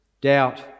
doubt